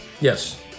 Yes